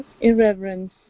irreverence